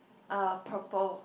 uh purple